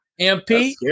MP